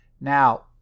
Now